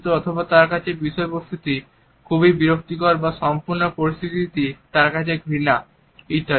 অথবা তার কাছে বিষয়বস্তুটি খুবই বিরক্তিকর বা সম্পূর্ণ পরিস্থিতিটি তার কাছে ঘৃণ্য ইত্যাদি